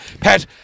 Pat